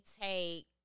take